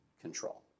control